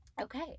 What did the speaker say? okay